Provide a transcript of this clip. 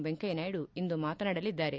ವೆಂಕಯ್ಯ ನಾಯ್ನು ಇಂದು ಮಾತನಾಡಲಿದ್ದಾರೆ